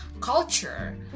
culture